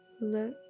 Look